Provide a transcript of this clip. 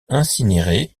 incinéré